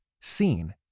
seen